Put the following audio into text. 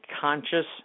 conscious